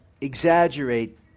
exaggerate